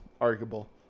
arguable